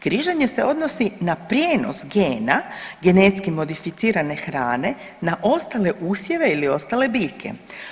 Križanje se odnosi na prijenos gena, genetski modificirane hrane, na ostale usjeve ili ostale biljke.